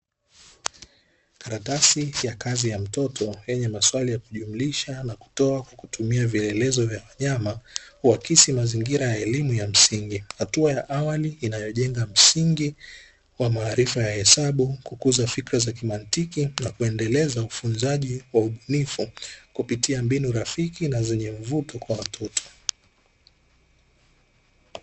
Karatasi ya kazi ya mtoto yenye maswali ya kujumlisha na kutoa kwa kutumia vielelezo vya wanyama, wakiakisi mazingira ya elimu ya msingi hatua ya awali inayojenga msingi wa maarifa ya hesabu kukuza fikra za kimantiki na kuendeleza ufunuzaji wa ubunifu kupitia mbinu rafiki na zenye mvuto kwa watoto.